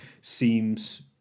seems